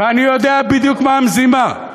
ואני יודע בדיוק מה המזימה,